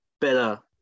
better